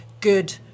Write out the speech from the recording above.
good